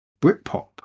Britpop